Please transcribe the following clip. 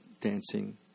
Dancing